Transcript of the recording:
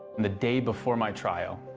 the day before my trial,